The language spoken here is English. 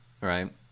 Right